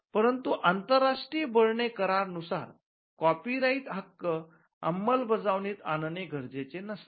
परंतु आंतरराष्ट्रीय बर्ने करार नुसार कॉपीराइट हक्क अंमलबजावणीत आणणे गरजेचे नसते